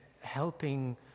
helping